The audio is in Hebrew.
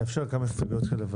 נאפשר כמה הסתייגויות כאלה,